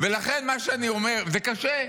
ולכן מה שאני אומר, זה קשה.